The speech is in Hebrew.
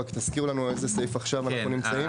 רק תזכירו לנו באיזה סעיף עכשיו אנחנו נמצאים?